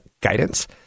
guidance